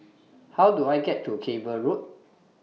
How Do I get to Cable Road